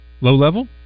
Low-level